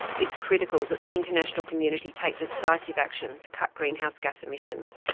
it's critical that the international community take decisive action to cut greenhouse gas emissions,